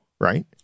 right